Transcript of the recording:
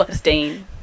dean